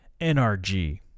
NRG